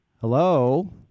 Hello